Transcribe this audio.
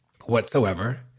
whatsoever